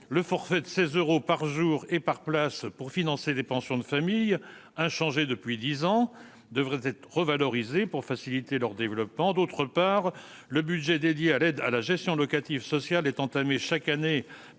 le forfait de 16 euros par jour et par place pour financer les pensions de famille inchangé depuis 10 ans devrait être revalorisé pour faciliter leur développement, d'autre part, le budget dédié à l'aide à la gestion locative sociale est entamée chaque année par des redéploiements